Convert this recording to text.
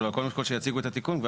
רק, קודם כל שיציגו את התיקון.